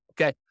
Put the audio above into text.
okay